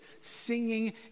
singing